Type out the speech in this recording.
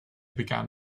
began